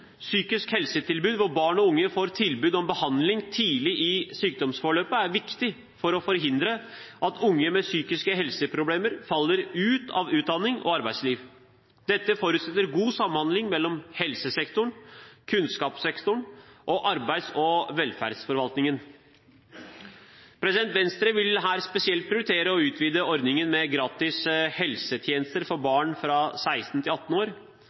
psykisk helsetilbud, hvor barn og unge får tilbud om behandling tidlig i sykdomsforløpet, er viktig for å forhindre at unge med psykiske helseproblemer faller ut av utdanning og arbeidsliv. Dette forutsetter god samhandling mellom helsesektoren, kunnskapssektoren og arbeids- og velferdsforvaltningen. Venstre vil her spesielt prioritere å utvide ordningen med gratis helsetjenester for barn fra 16 til 18 år,